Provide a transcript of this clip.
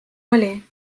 oli